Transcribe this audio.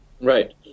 Right